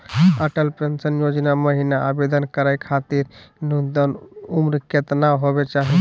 Atal pension योजना महिना आवेदन करै खातिर न्युनतम उम्र केतना होवे चाही?